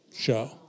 show